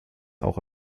auch